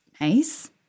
nice